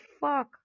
fuck